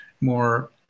more